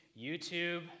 YouTube